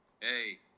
Hey